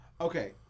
Okay